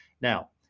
Now